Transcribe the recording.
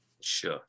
sure